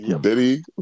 Diddy